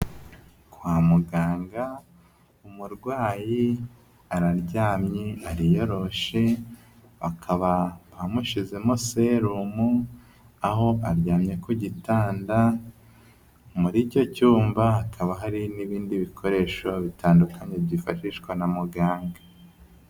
Kwa muganga umurwayi araryamye, ariyoroshe, bakaba bamushyizemo serumu, aho aryamye ku gitanda, muri icyo cyumba hakaba hari n'ibindi bikoresho bitandukanye byifashishwa na muganga.